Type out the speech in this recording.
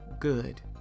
Good